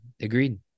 Agreed